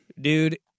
Dude